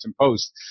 Post